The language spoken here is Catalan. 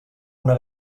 una